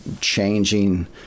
changing